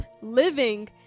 living